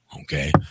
okay